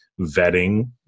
vetting